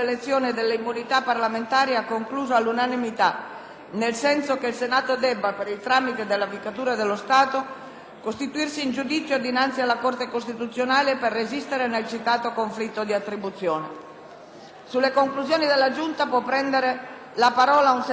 costituirsi in giudizio dinanzi alla Corte costituzionale per resistere nel citato conflitto di attribuzione. Sulle conclusioni della Giunta può prendere la parola un senatore per Gruppo per dieci minuti. Poiché non risultano alla Presidenza richieste di intervento,